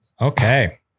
Okay